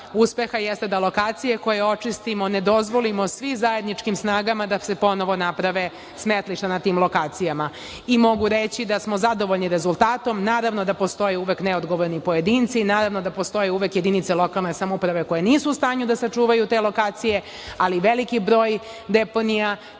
uspeha jeste da lokacije koje očistimo ne dozvolimo svi zajedničkim snagama da se ponovo naprave smetlišta na tim lokacijama. Mogu reći da smo zadovoljni rezultatom. Naravno da postoje uvek neodgovorni pojedinci, naravno da postoje uvek jedinice lokalne samouprave koje nisu u stanju da sačuvaju te lokacije, ali veliki broj deponija